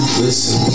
listen